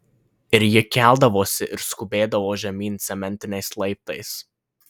ir ji keldavosi ir skubėdavo žemyn cementiniais laiptais